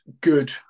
good